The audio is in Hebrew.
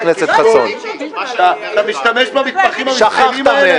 חבר הכנסת חסון -- אתה משתמש במתמחים המסכנים האלה?